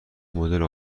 مدل